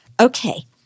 Okay